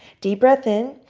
deep breath in.